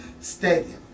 stadium